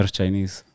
Chinese